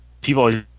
People